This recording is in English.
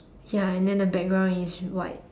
ya and then the background is white